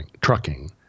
trucking